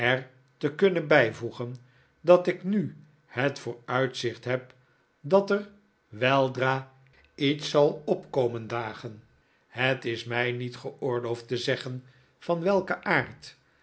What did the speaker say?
te kunnen bijvoegen dat ik nu het vooruitzicht heb dat er welvoorbereidingen voor een feestmaal dra iets zal op komen dagen het is mij niet geoorloofd te zeggen van welken aard